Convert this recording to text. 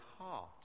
heart